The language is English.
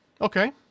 Okay